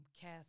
Cast